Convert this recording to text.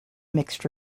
mixed